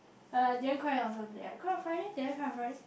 uh I didn't cry on Saturday lah cry on Friday did I cry on Friday